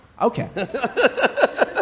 Okay